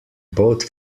both